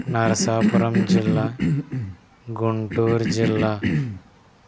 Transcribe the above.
నరసాపురం జిల్లా గుంటూరు జిల్లా